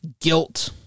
guilt